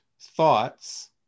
thoughts